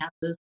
houses